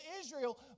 Israel